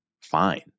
fine